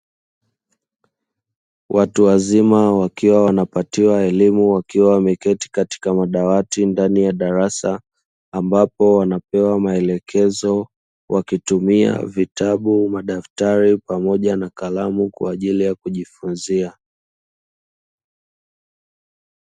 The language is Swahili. Watu wazima wakiwa wanapatiwa elimu wakiwa wameketi katika madawati ndani ya darasa ambapo wanapewa maelekezo wakitumia vitabu, madaftari pamoja na kalamu kwa ajili ya kujifunzia.